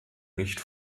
nicht